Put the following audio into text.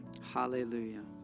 Hallelujah